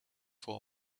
for